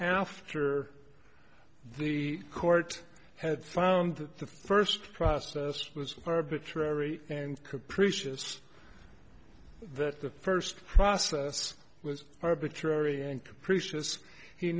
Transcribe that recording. after the court had found that the first process was arbitrary and capricious that the first process was